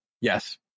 Yes